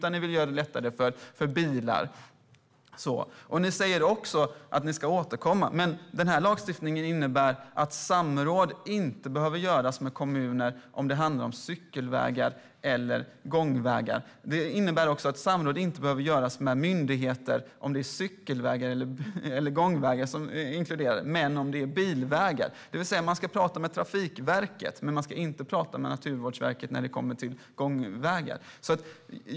Ni vill göra det lättare för bilar. Ni säger också att ni ska återkomma. Men lagstiftningen innebär att samråd inte behöver göras med kommuner om det handlar om cykelvägar eller gångvägar. Det innebär också att samråd inte behöver göras med myndigheter om det är cykelvägar eller gångvägar som är inkluderade, men det behövs om det är bilvägar. Man ska alltså tala med Trafikverket, men man ska inte tala med Naturvårdsverket när det kommer till gångvägar.